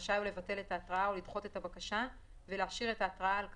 רשאי הוא לבטל את ההתראה או לדחות את הבקשה ולהשאיר את ההתראה על כנה,